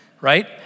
right